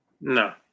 No